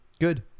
Good